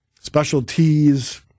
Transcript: Specialties